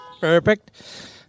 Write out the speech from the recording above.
perfect